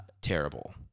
terrible